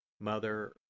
Mother